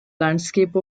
landscape